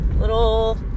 little